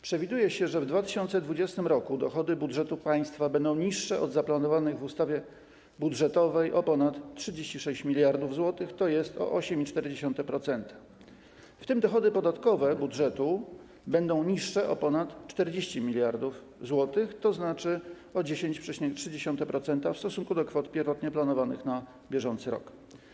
Przewiduje się, że w 2020 r. dochody budżetu państwa będą niższe od zaplanowanych w ustawie budżetowej o ponad 36 mld zł, tj. o 8,4%, w tym dochody podatkowe budżetu będą niższe o ponad 40 mld zł, tzn. o 10,3% w stosunku do kwot pierwotnie planowanych na bieżący rok.